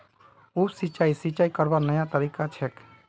उप सिंचाई, सिंचाई करवार नया तरीका छेक